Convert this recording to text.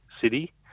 city